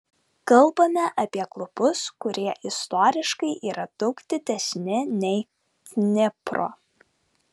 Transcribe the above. kalbame apie klubus kurie istoriškai yra daug didesni nei dnipro